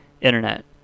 internet